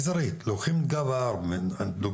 לוקחים את גב ההר לדוגמה,